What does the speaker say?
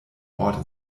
ort